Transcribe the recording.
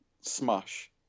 smash